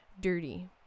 dirty